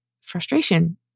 frustration